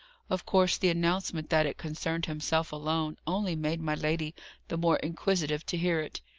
of course the announcement that it concerned himself alone, only made my lady the more inquisitive to hear it.